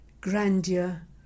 grandeur